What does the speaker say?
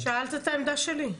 שאלת את העמדה שלי.